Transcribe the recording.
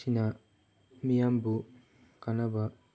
ꯁꯤꯅ ꯃꯤꯌꯥꯝꯕꯨ ꯀꯥꯟꯅꯕ